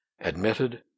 admitted